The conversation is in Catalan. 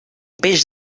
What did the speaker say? peix